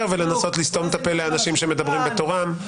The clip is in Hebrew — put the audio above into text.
ולנסות לסתום את הפה לאנשים שמדברים בתורם.